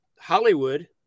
Hollywood